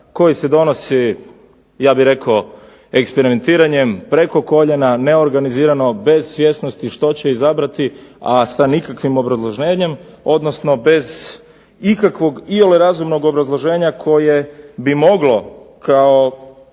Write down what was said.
koji se donosi ja bih rekao eksperimentiranjem, preko koljena, neorganizirano, bez svjesnosti što će izabrati, a sa nikakvim obrazloženjem, odnosno bez ikakvog iole razumnog obrazloženja koje bi moglo kao